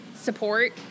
Support